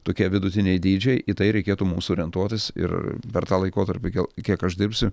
tokie vidutiniai dydžiai į tai reikėtų mums orientuotis ir per tą laikotarpį gal kiek aš dirbsiu